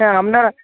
হ্যাঁ আপনারা